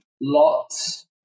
Lots